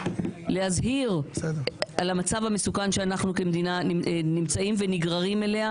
להזהיר על המצב המסוכן שאנחנו כמדינה נמצאים ונגררים אליו,